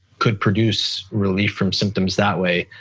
could produce relief from symptoms that way.